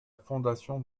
fondation